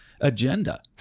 agenda